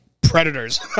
Predators